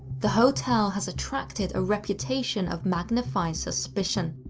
the hotel has attracted a reputation of magnified suspicion.